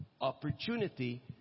opportunity